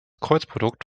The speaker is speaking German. kreuzprodukt